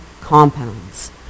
compounds